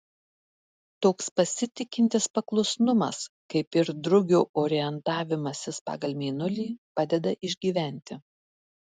toks pasitikintis paklusnumas kaip ir drugio orientavimasis pagal mėnulį padeda išgyventi